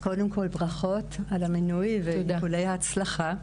קודם כל, ברכות על המינוי ואיחולי הצלחה.